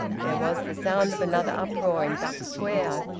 there was the sound of another uproar in duck square.